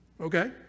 Okay